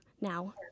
now